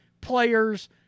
players